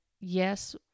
yes